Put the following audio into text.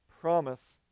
promise